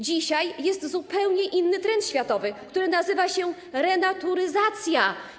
Dzisiaj jest zupełnie inny trend światowy, który nazywa się renaturyzacja.